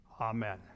Amen